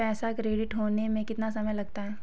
पैसा क्रेडिट होने में कितना समय लगता है?